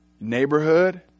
neighborhood